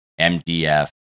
MDF